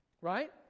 Right